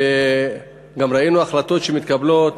וגם ראינו החלטות שמתקבלות,